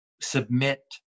submit